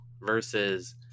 versus